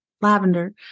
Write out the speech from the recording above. lavender